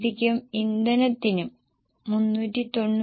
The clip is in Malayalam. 2 വേരിയബിൾ ഫിക്സഡ് കോസ്റ്റ് 275